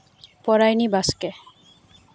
ᱯᱚᱨᱟᱭᱚᱱᱤ ᱵᱟᱥᱠᱮ